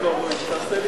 התשע"א